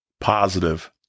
positive